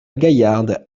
gaillarde